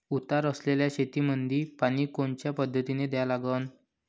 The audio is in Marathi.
उतार असलेल्या शेतामंदी पानी कोनच्या पद्धतीने द्या लागन?